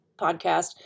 podcast